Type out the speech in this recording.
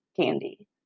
candy